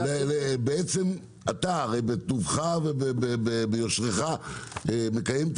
בעצם אתה הרי בטובך וביושרך מקיים את